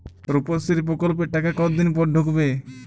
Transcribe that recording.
রুপশ্রী প্রকল্পের টাকা কতদিন পর ঢুকবে?